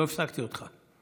לא הפסקתי אותך.